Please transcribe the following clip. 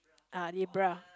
ah Libra